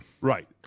Right